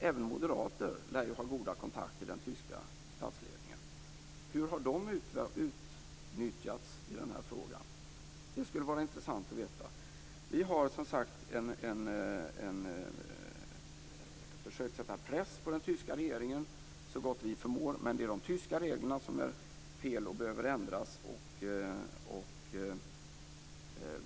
Även moderater lär ha goda kontakter i den tyska statsledningen. Hur har de utnyttjats i den här frågan? Det skulle vara intressant att veta. Vi har, som sagt var, försökt sätta press på den tyska regeringen så gott vi förmår, men det är de tyska reglerna som är felaktiga och som behöver ändras.